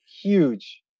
Huge